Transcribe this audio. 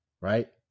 right